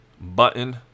button